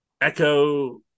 Echo